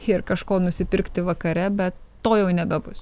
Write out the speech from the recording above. ir kažko nusipirkti vakare bet to jau nebebus